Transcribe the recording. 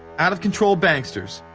out of control banksters,